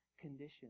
conditions